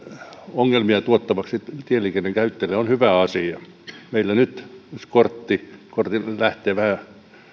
ongelmia tuottavaksi on hyvä asia meillä nyt kortti lähtee vähän